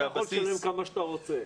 על חוגים אתה יכול לשלם כמה שאתה רוצה.